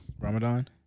Ramadan